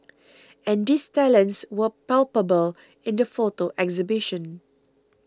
and these talents were palpable in the photo exhibition